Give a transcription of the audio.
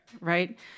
right